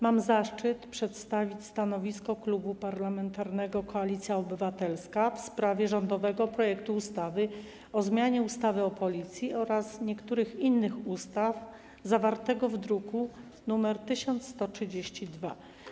Mam zaszczyt przedstawić stanowisko Klubu Parlamentarnego Koalicja Obywatelska w sprawie rządowego projektu ustawy o zmianie ustawy o Policji oraz niektórych innych ustaw zawartego w druku nr 1132.